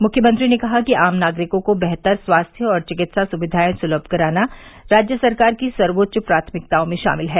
मुख्यमंत्री ने कहा कि आम नागरिकों को बेहतर स्वास्थ्य और चिकित्सा सुविधाएं सुलभ कराना राज्य सरकार की सर्वोच्च प्राथमिकताओं में शामिल है